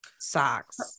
socks